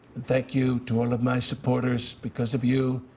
thank you to all of my supporters. because of you,